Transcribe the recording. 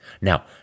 Now